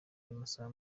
y’amasaha